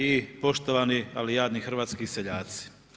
I poštovani, ali jadni hrvatski seljaci.